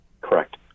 Correct